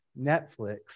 Netflix